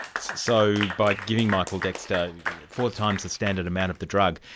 so by giving michael dexter four times the standard amount of the drug,